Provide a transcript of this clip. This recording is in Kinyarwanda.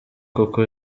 koko